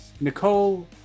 nicole